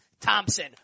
Thompson